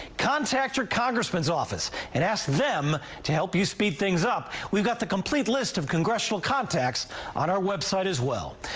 contact your congressman's office and ask them to help you speed things up. we have got the complete list of congressional contacts on our website as well.